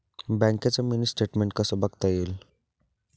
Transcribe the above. बँकेचं mini statement कसं बघता येईल?